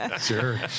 Sure